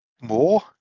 more